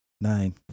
Nine